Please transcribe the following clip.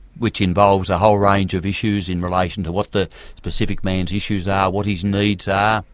which involves a whole range of issues in relation to what the specific man's issues are, what his needs are,